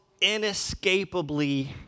inescapably